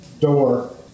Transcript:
door